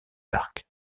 d’arc